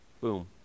boom